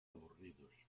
aburridos